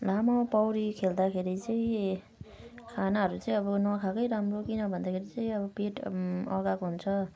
लामो पौडी खेल्दाखेरि चाहिँ खानाहरू छे अब नखाएकै राम्रो किन भन्दाखेरि चाहिँ अब पेट अघाएको हुन्छ